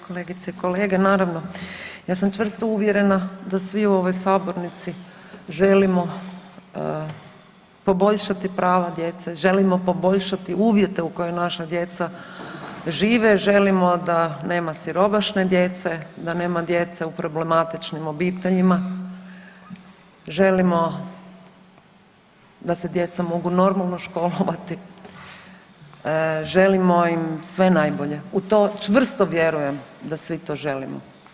Kolegice i kolege naravno ja sam čvrsto uvjerena da svi u ovoj sabornici želimo poboljšati prava djece, želimo poboljšati uvjete u kojima naša djeca žive, želimo da nema siromašne djece, da nema djece u problematičnim obiteljima, želimo da se djeca mogu normalno školovati, želimo im sve najbolje u to čvrsto vjerujem da svi to želimo.